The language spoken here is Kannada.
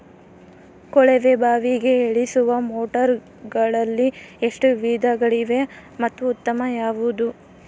ಕೊಳವೆ ಬಾವಿಗೆ ಇಳಿಸುವ ಮೋಟಾರುಗಳಲ್ಲಿ ಎಷ್ಟು ವಿಧಗಳಿವೆ ಮತ್ತು ಉತ್ತಮ ಯಾವುದು?